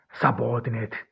subordinate